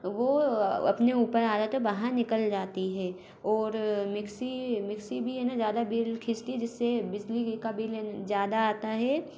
वो अपने ऊपर आ जाता है तो बाहर निकल जाती है और मिक्सी मिक्सी भी है ना ज़्यादा बिल खीचती है जिससे बिजली की का बिल है न ज़्यादा आता है